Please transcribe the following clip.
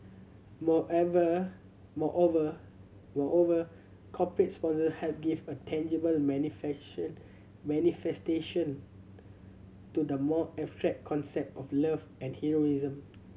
moreover moreover corporate sponsor help give a tangible manifestation to the more abstract concept of love and heroism